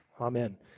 amen